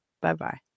Bye-bye